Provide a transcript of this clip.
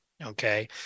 Okay